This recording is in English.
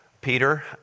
Peter